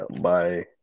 Bye